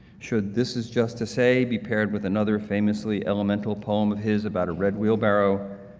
should this is just to say be paired with another famously elemental poem of his about a red wheelbarrow,